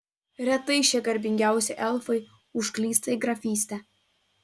retai šie garbingiausi elfai užklysta į grafystę